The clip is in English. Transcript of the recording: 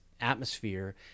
atmosphere